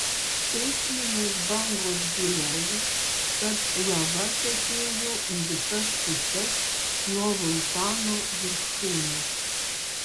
seisminės bangos byloja kad lava tekėjo į visas puses nuo vulkano viršūnės